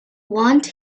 want